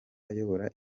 ayobora